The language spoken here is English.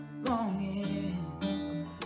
longing